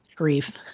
grief